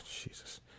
Jesus